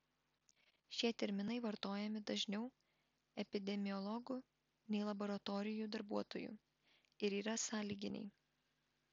šie terminai vartojami dažniau epidemiologų nei laboratorijų darbuotojų ir yra sąlyginiai